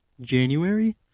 January